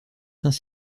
saint